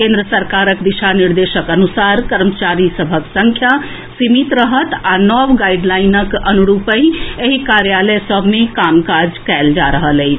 केन्द्र सरकारक दिशा निर्देशक अनुसार कर्मचारी सभक संख्या सीमित रहत आ नव गाईडलाईनक अनुरूपहि एहि कार्यालय सभ मे कामकाज कएल जा रहल अछि